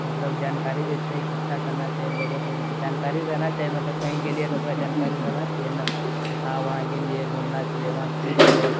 मतलब जानकारी जे छै ईकठ्ठा करना चाही लोगोके जानकारी रहना चाही मतलब कही गेलिया तऽ ओकर जानकारी रहना चाही ने की हँ वहाँ गेलियै घूमना छियै वहाँ की छलै